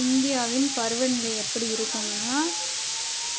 இந்தியாவின் பருவநிலை எப்படி இருக்குதுன்னா